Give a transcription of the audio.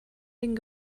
den